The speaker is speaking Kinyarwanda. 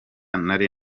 nari